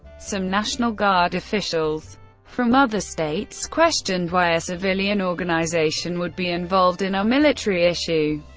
some national guard officials from other states questioned why a civilian organization would be involved in a military issue.